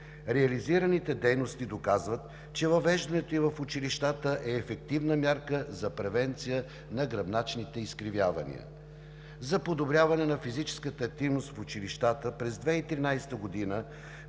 Реализираните дейности доказват, че въвеждането й в училищата е ефективна мярка за превенция на гръбначните изкривявания. За подобряване на физическата активност в училищата през 2013 г.